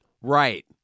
Right